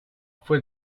fue